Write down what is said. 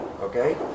Okay